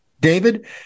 David